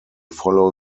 follow